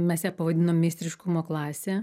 mase pavadinom meistriškumo klase